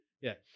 Yes